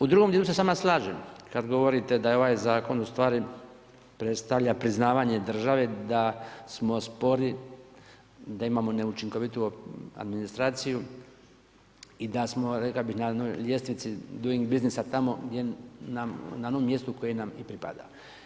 U drugom dijelu se s vama slažem kada govorite da je ovaj zakon u stvari, predstavlja priznavanje države da smo spori, da imamo neučinkovitu administraciju i da smo rekao bih na jednoj ljestvici doing businessa tamo gdje, na onom mjestu koje nam i pripada.